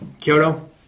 Kyoto